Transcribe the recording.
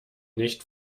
nicht